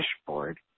dashboard